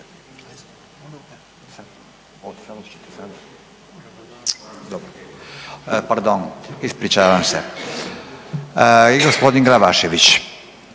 Pardon, ispričavam se. Gospodin Glavašević.